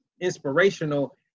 inspirational